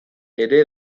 ere